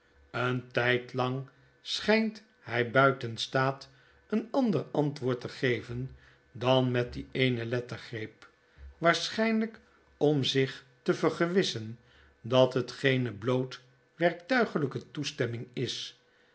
een tijdlang schynt hy buiten staat een ander antwoord te geven dan met die eene lettergreep waarschynlijk om zich te vergewissen dat het geene bloot werktuigelyke toestemming is